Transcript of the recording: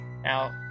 Now